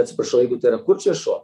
atsiprašau jeigu tai yra kurčias šuo